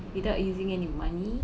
without using any money